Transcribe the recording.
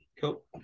Cool